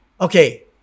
okay